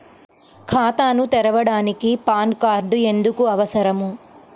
ఖాతాను తెరవడానికి PAN card ఎందుకు అవసరము?